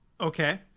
Okay